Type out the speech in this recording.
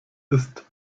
ist